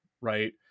right